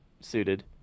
suited